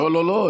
לא לא לא.